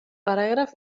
paràgraf